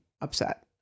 upset